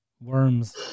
Worms